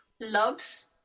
loves